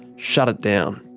shut it down.